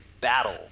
Battle